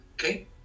okay